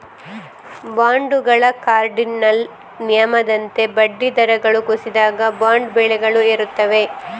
ಬಾಂಡುಗಳ ಕಾರ್ಡಿನಲ್ ನಿಯಮದಂತೆ ಬಡ್ಡಿ ದರಗಳು ಕುಸಿದಾಗ, ಬಾಂಡ್ ಬೆಲೆಗಳು ಏರುತ್ತವೆ